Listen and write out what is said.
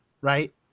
right